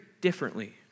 differently